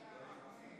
59 חברי כנסת